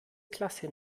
klasse